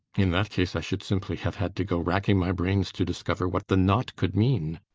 in that case, i should simply have had to go racking my brains to discover what the knot could mean.